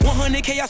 100k